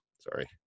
sorry